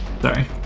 Sorry